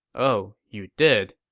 oh you did.